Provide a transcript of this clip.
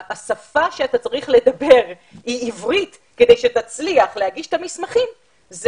השפה שאתה צריך לדבר היא עברית כדי שתצליח להגיש את המסמכים,